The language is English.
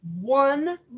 one